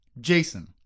Jason